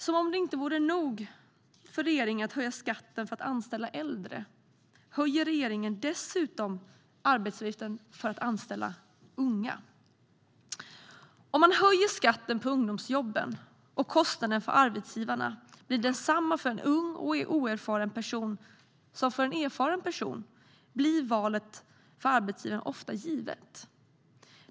Som om det inte vore nog för regeringen att höja skatten för att anställa äldre höjer regeringen dessutom arbetsgivaravgiften för att anställa unga. Om man höjer skatten på ungdomsjobben, och om kostnaden för arbetsgivaren blir densamma för en ung och oerfaren person som för en erfaren person, blir valet för arbetsgivaren ofta givet.